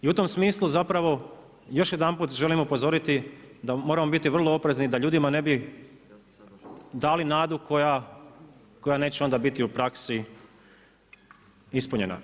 I u tom smislu zapravo još jedanput želim upozoriti da moramo biti vrlo oprezni da ljudima ne bi dali nadu koja neće onda biti u praksi ispunjena.